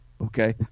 okay